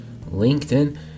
LinkedIn